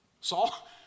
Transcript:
Saul